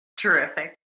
Terrific